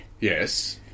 Yes